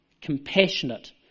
compassionate